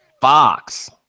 fox